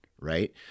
right